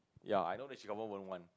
ya I know she confirm won't one